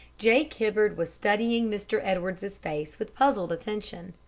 jake hibbard was studying mr. edwards's face with puzzled attention.